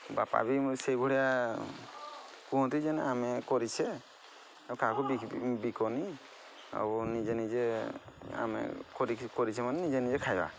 ବାପା ବି ମୁଁ ସେହିଭଳିଆ କୁହନ୍ତି ଯେ ନା ଆମେ କରିଛେ ଆଉ କାହାକୁ ବିକନି ଆଉ ନିଜେ ନିଜେ ଆମେ କରିଛେ ମାନେ ନିଜେ ନିଜେ ଖାଇବା